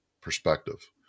perspective